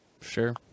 Sure